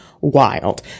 wild